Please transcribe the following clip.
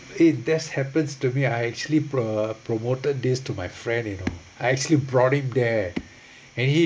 eh that's happens to me I actually pro~ promoted this to my friend you know I actually brought him there and he